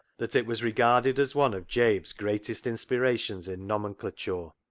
that it was regarded as one of jabe's greatest inspirations in nomenclature,